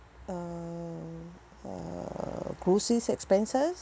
uh uh groceries expenses